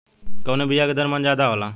कवने बिया के दर मन ज्यादा जाला?